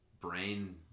brain